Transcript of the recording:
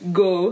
go